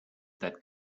that